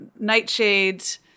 nightshades